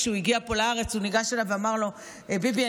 כשהוא הגיע פה לארץ הוא ניגש אליו ואמר לו: ביבי,